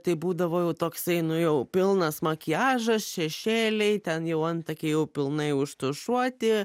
tai būdavo jau toksai nu jau pilnas makiažas šešėliai ten jau antakiai jau pilnai užtušuoti